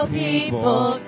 people